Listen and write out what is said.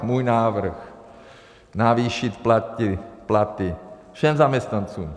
Můj návrh navýšit platy všem zaměstnancům.